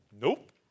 nope